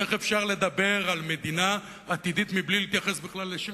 איך אפשר לדבר על מדינה עתידית מבלי להתייחס בכלל לשטח?